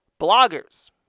Bloggers